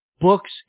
books